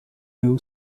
new